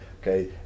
okay